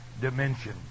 dimension